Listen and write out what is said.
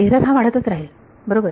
error हा वाढतच राहील बरोबर